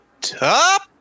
top